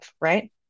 right